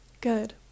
Good